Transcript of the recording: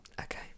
okay